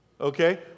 Okay